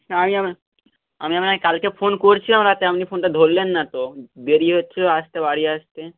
না আমি আমি আপনাকে কালকে ফোন করছিলাম রাতে আপনি ফোনটা ধরলেন না তো দেরি হচ্ছিল আসতে বাড়ি আসতে